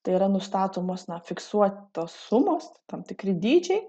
tai yra nustatomos na fiksuotos sumos tam tikri dydžiai